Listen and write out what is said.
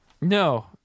No